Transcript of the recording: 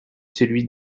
celui